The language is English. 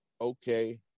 okay